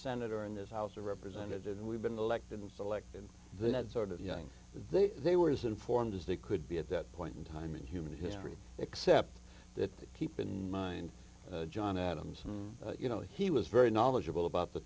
senate or in this house of representatives and we've been elected and selected that sort of young they they were as informed as they could be at that point in time in human history except that keep in mind john adams and you know he was very knowledgeable about the